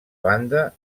banda